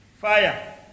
Fire